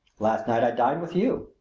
last night i dined with you.